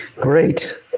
Great